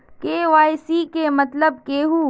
KYC के मतलब केहू?